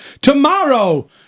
tomorrow